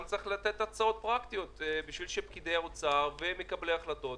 גם צריך לתת הצעות פרקטיות כדי שפקידי האוצר ומקבלי ההחלטות